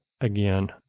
again